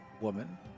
woman